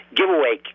giveaway